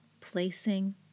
placing